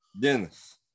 Dennis